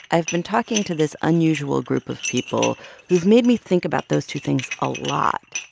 i've been talking to this unusual group of people who've made me think about those two things a lot.